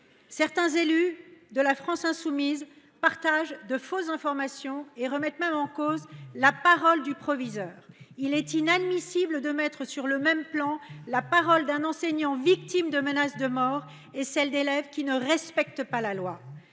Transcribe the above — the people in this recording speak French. Certains élus de La France insoumise partagent de fausses informations et remettent même en cause la parole du proviseur. Il est inadmissible de mettre sur le même plan la parole d’un enseignant victime de menaces de mort et celle d’élèves qui ne respectent pas la loi.